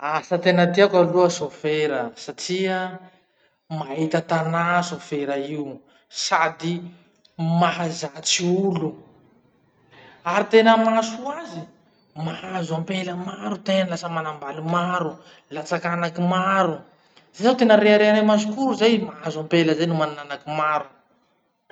Asa tena tiako aloha chauffeur satria mahita tanà sôfera io sady mahazatsy olo. Ary tena mahasoa azy, mahazo ampela maro tena, lasa manambaly maro, latsak'anaky maro. Zay zany tena reharehanay masokoro zay mahazo ampela zay no manan'anaky maro.